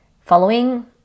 following